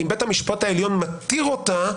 אם בית המשפט העליון מתיר אותה,